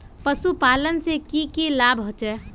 पशुपालन से की की लाभ होचे?